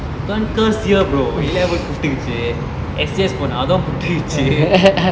can't curse here bro a level புட்டுகுச்சி:puttukichi S S போனோம் அதுவும் புட்டுகிச்சி:ponom athuvum puttukuchi